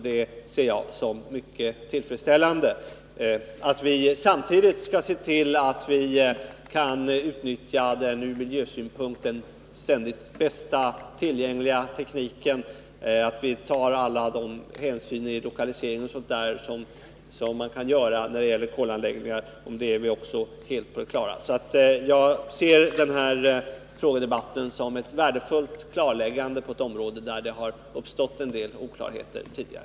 Det ser jag som mycket tillfredsställande. Att vi också ständigt skall se till att vi kan utnyttja den från miljösynpunkt bästa tillgängliga tekniken och att vi skall ta alla de hänsyn vid lokalisering o. d. som man kan ta är vi också helt på det klara med. Jag ser denna frågedebatt som ett värdefullt klarläggande på ett område där det uppstått en del oklarheter tidigare.